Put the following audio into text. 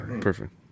perfect